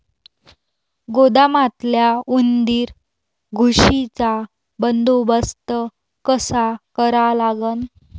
गोदामातल्या उंदीर, घुशीचा बंदोबस्त कसा करा लागन?